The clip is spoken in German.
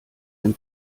dem